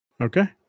Okay